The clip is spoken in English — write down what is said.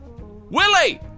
Willie